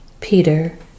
Peter